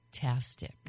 Fantastic